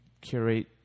curate